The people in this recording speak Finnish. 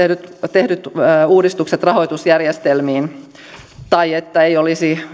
tehdyt uudistukset rahoitusjärjestelmiin tai että ei olisi